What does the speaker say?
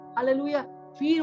Hallelujah